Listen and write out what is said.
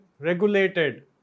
regulated